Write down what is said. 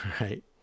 Right